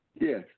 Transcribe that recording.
Yes